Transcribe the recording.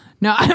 No